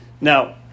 Now